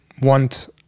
want